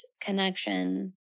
connection